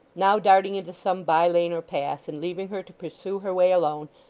now darting into some by-lane or path and leaving her to pursue her way alone,